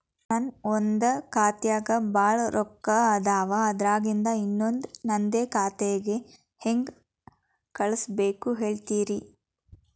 ನನ್ ಒಂದ್ ಖಾತ್ಯಾಗ್ ಭಾಳ್ ರೊಕ್ಕ ಅದಾವ, ಅದ್ರಾಗಿಂದ ಇನ್ನೊಂದ್ ನಂದೇ ಖಾತೆಗೆ ಹೆಂಗ್ ಕಳ್ಸ್ ಬೇಕು ಹೇಳ್ತೇರಿ?